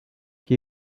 que